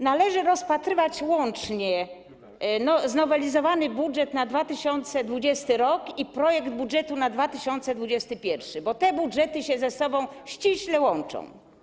Należy rozpatrywać łącznie znowelizowany budżet na 2020 r. i projekt budżetu na 2021 r., bo te budżety się ze sobą ściśle łączą.